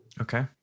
Okay